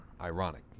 Ironic